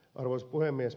arvoisa puhemies